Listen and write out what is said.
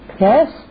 yes